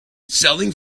selling